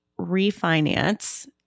refinance